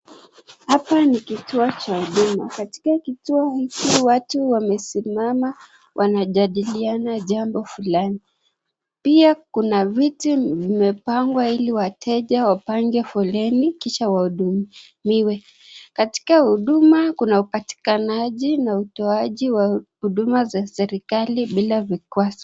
Hapa ni kituo cha huduma, katika kituo hiki watu wamesimama wanajadiliana jambo fulani, pia kuna viti vimepangwa ili wateja wapange foleni kisha wahudumiwe. Katika huduma kunaupatikanaji na utoaji wa huduma za serekali mbila vikwazo.